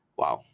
wow